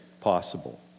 possible